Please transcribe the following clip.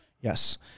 Yes